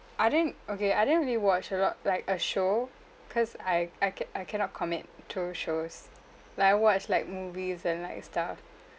I didn't okay I didn't really watch a lot like uh show because I I c~ I cannot commit to shows like I watch like movies and like stuff